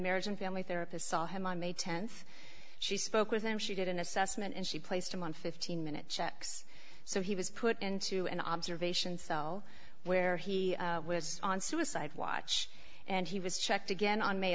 marriage and family therapist saw him on may th she spoke with him she did an assessment and she placed him on fifteen minute checks so he was put into an observation cell where he was on suicide watch and he was checked again on may